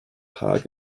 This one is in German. park